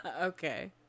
Okay